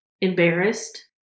embarrassed